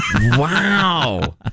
Wow